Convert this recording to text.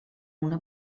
una